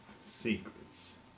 secrets